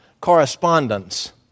correspondence